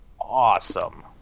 awesome